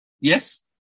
Yes